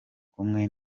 kumwe